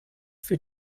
für